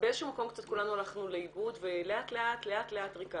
באיזה שהוא מקום קצת כולנו הלכנו לאיבוד ולאט לאט ריכזנו.